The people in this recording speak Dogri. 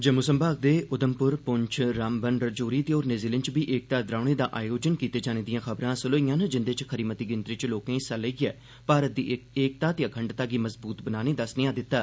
जम्मू संभाग दे उघमपुर पुंछ ते रामबन राजौरी ते होरनें जिलें च बी एकता द्रौड़े दा आयोजन कीते जाने दिआं खबरां हासल होईआं न जिंदे च खरी मती गिनतरी च लोकें हिस्सा लेइयै भारत दी एकता ते अखंडता गी मजबूत बनाने दा स्नेहा दित्ता